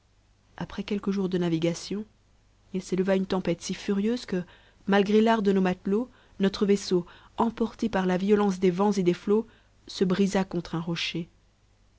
après quelques jours de navigation il s'éleva une tempête si furieuse que malgré l'art de nos matelots notre vaisseau emporté par la violence des vents et des flots se brisa contre un rocher